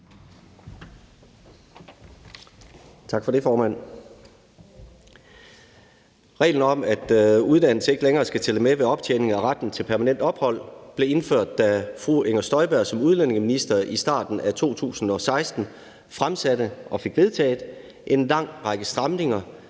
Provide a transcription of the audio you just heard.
Tak for det, formand. Reglen om, at uddannelse ikke længere skal tælle med ved optjening af retten til permanent ophold, blev indført, da fru Inger Støjberg som udlændingeminister i starten af 2016 fremsatte og fik vedtaget en lang række stramninger,